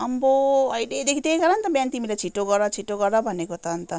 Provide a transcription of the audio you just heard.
आम्बो अहिलेदेखि त्यही कारण त बिहान तिमीलाई छिट्टो गर छिट्टो गर भनेको त अन्त